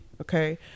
Okay